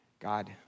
God